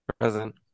Present